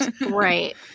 Right